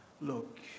Look